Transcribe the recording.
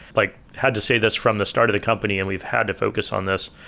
like had to say this from the start of the company and we've had to focus on this.